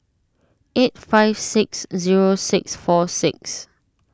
eight five six zero six four six